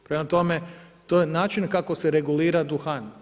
Prema tome, to je način kako se regulira duhan.